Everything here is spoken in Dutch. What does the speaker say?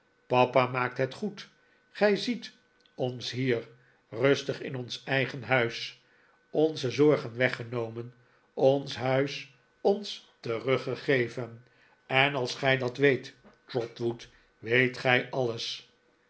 papa maakt het goed gij ziet ons hier rustig in ons eigen huis onze zorgen weggenomen ons huis ons teruggegeven en als gij dat weet trotwood weet gij alles